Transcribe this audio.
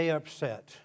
upset